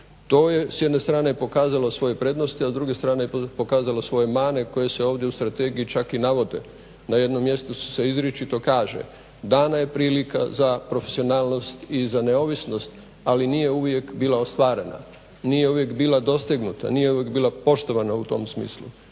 To je s jedne strane pokazalo svoje prednosti, a s druge strane je pokazalo svoje mane koje se ovdje u Strategiji čak i navode. Na jednom mjestu se izričito kaže: "Dana je prilika za profesionalnost i za neovisnost, ali nije uvijek bila ostvarena, nije uvijek bila dosegnuta, nije uvijek bila poštovana u tom smislu."